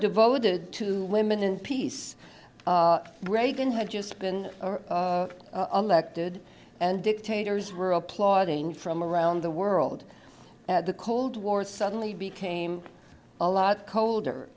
devoted to women in peace reagan had just been elected and dictators were applauding from around the world the cold war suddenly became a lot colder